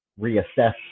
reassess